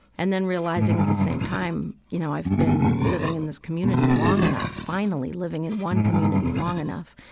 and then realizing at the same time, you know, i've been living in this community long enough, finally living in one community long enough,